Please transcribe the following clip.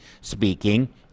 speaking